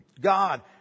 God